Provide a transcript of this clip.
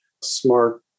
smart